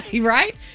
Right